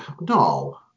No